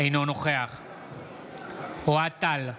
אינו נוכח אוהד טל,